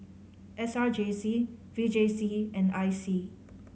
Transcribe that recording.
S R J C V J C and I C